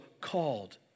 called